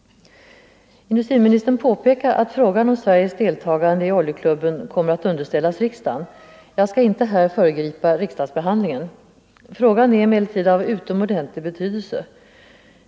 Industriministern påpekar att frågan om Sveriges deltagande i oljeklubben kommer att underställas riksdagen. Jag skall inte här föregripa riksdagsbehandlingen. Frågan är emellertid av utomordentlig betydelse.